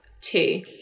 two